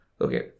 okay